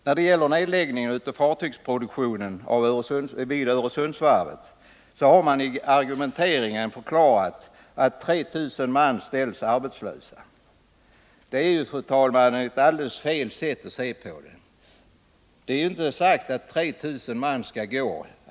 När det gäller nedläggningen av fartygsproduktionen vid Öresundsvarvet har man i argumenteringen förklarat att 3 000 man ställs arbetslösa. Det är ju, fru talman, ett helt felaktigt sätt att se det på. Det är inte sagt att 3 000 man skall gå.